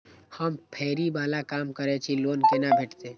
हम फैरी बाला काम करै छी लोन कैना भेटते?